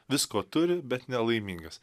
visko turi bet nelaimingas